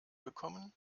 bekommen